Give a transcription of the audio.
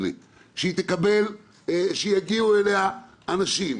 אדוני יגיעו אנשים,